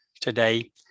today